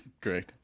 Great